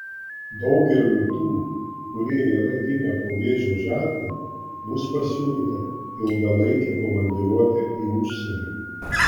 daugeliui tų kurie yra gimę po vėžio ženklu bus pasiūlyta ilgalaikė komandiruotė į užsienį